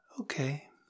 okay